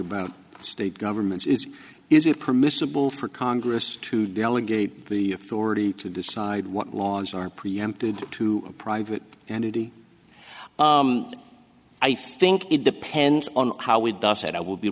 about state governments is is it permissible for congress to delegate the authority to decide what laws are preempted to a private entity i think it depends on how we